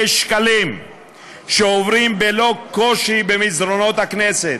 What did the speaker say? שקלים שעוברים בלא קושי במסדרונות הכנסת